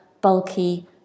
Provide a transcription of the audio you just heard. bulky